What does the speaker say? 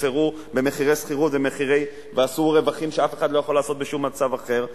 וספסרו במחירי שכירות ועשו רווחים שאף אחד לא יכול לעשות בשום מצב אחר,